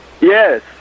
Yes